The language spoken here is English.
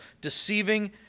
deceiving